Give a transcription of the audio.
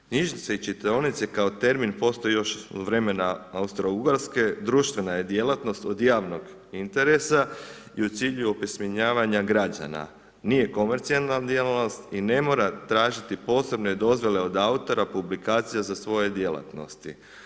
Knjižnice i čitaonice kao termin postoji još od vremena Austrougarske, društvena je djelatnost od javnog interesa i u cilju je opismenjavanja građana, nije komercijalna djelatnost i ne mora tražiti posebne dozvole od autora, publikacija za svoje djelatnosti.